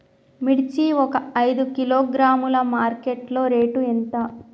మిర్చి ఒక ఐదు కిలోగ్రాముల మార్కెట్ లో రేటు ఎంత?